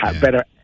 better